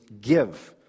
give